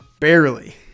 Barely